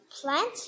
plant